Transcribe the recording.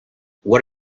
what